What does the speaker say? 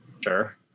Sure